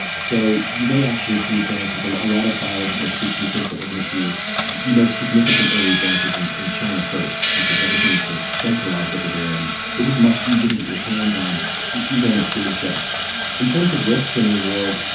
so you may actually see advances. a lot of biologists i speak to think that we're going to see the most significant early advances in in china first, because everything is so centralized over there. and it's just much easier to get your hands on enormous data sets in terms of risks and reward,